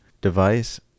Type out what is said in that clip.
device